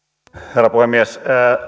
herra puhemies